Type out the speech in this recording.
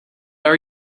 are